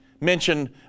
mentioned